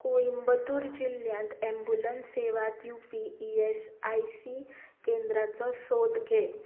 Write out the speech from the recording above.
कोइंबतूर जिल्ल्यांत अँबुलंस सेवा दिवपी ई एस आय सी केंद्राचो सोद घे